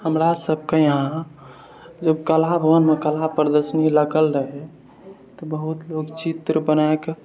हमरा सबके यहाँ लोककला भवनमे कला प्रदर्शनी लागल रहय तऽ बहुत लोक चित्र बनाके